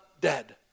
dead